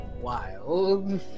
wild